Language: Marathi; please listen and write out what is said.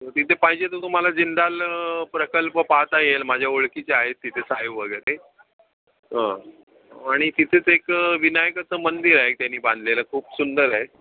तिथे पाहिजे तर तुम्हाला जिंदाल प्रकल्प पाहता येईल माझ्या ओळखीचे आहेत तिथे साहेब वगैरे आणि तिथेच एक विनायकाचं मंदिर आहे त्यांनी बांधलेलं खूप सुंदर आहे